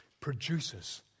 produces